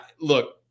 Look